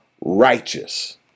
righteous